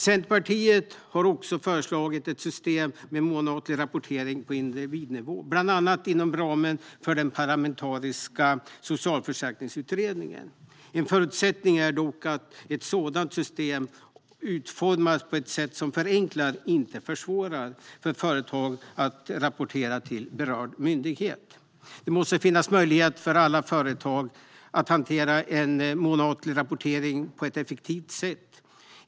Centerpartiet har också föreslagit ett system med månatlig rapportering på individnivå, bland annat inom ramen för den parlamentariska socialförsäkringsutredningen. En förutsättning är dock att ett sådant system utformas på ett sätt som förenklar, inte försvårar, för företag att rapportera till berörd myndighet. Det måste finnas möjlighet för alla företag att hantera en månatlig rapportering på ett effektivt sätt.